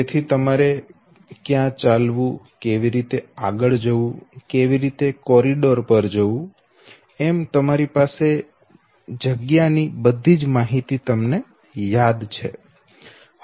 તેથી તમારે ક્યાં ચાલવું કેવી રીતે આગળ વધવું કેવી રીતે કોરિડોર પર જવું એમ તમારી પાસે તે જગ્યા ની બધી જ માહિતી યાદ છે